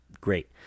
great